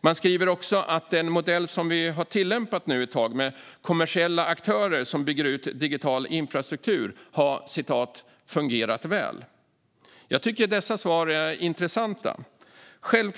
Man skriver också att den modell som vi nu har tillämpat ett tag, med kommersiella aktörer som bygger ut digital infrastruktur, har fungerat väl. Jag tycker att dessa svar är intressanta.